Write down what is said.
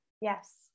Yes